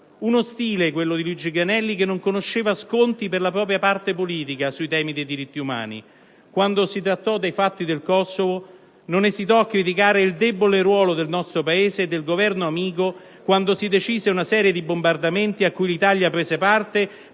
Uno stile, quello di Luigi Granelli, che non conosceva sconti per la propria parte politica sui temi dei diritti umani. Sui fatti del Kosovo non esitò a criticare il debole ruolo del nostro Paese e del Governo «amico» quando si decise una serie di bombardamenti a cui l'Italia prese parte